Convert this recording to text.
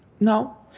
no.